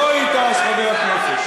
לא היית אז חבר כנסת,